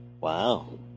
Wow